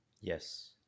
Yes